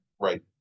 Right